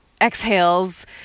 exhales